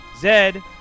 zed